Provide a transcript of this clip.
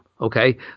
Okay